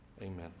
amen